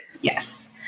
Yes